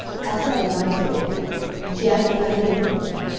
i said a nice old maid. and she hasn't done anything yet.